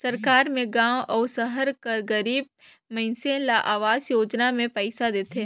सरकार में गाँव अउ सहर कर गरीब मइनसे ल अवास योजना में पइसा देथे